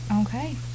Okay